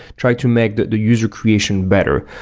try to make the the user creation better.